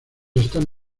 están